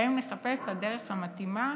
שבהם נחפש את הדרך המתאימה